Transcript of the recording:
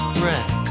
breath